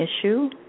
issue